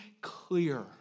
clear